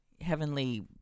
heavenly